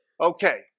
Okay